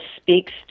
speaks